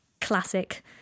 classic